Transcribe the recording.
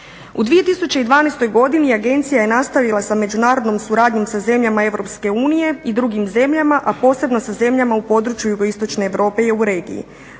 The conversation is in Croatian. U 2012. godini agencija je nastavila sa međunarodnom suradnjom sa zemljama Europske unije i drugim zemljama, a posebno sa zemljama u području JI Europe i u regiji.